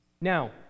Now